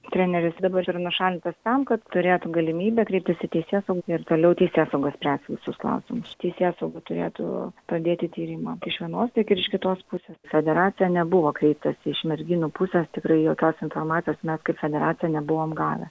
treneris dabar yra nušalintas tam kad turėtų galimybę kreiptis į teisėsaugą ir toliau teisėsauga spręs visus klausimus teisėsauga turėtų pradėti tyrimą iš vienos tiek ir iš kitos pusės federaciją nebuvo kreiptasi iš merginų pusės tikrai jokios informacijos mes kaip federacija nebuvom gavę